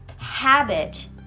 habit